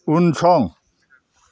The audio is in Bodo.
उनसं